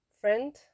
friend